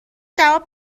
جواب